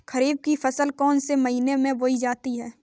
खरीफ की फसल कौन से महीने में बोई जाती है?